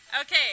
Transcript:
Okay